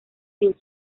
sin